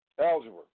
Algebra